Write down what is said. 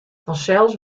fansels